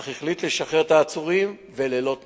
אך החליט לשחרר את העצורים, וללא תנאים.